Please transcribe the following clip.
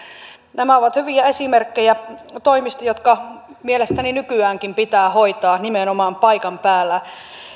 nämä ovat hyviä esimerkkejä toimista jotka mielestäni nykyäänkin pitää hoitaa nimenomaan paikan päällä